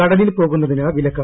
കടലിൽ പോകുന്നതിന് വിലക്ക്